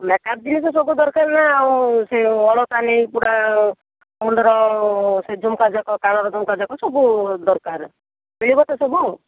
makeup ଜିନିଷ ସବୁ ଦରକାର ନା ଆଉ ସେ ଅଳତା ସିନ୍ଦୁର ସେ ଝୁମୁକା ଯାକ କାନ ର ଝୁମୁକା ଯାକ ସବୁ ଦରକାର ମିଳିବ ତ ସବୁ